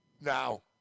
Now